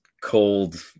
cold